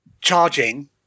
charging